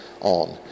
on